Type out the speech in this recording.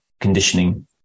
conditioning